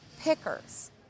pickers